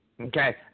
Okay